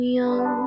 young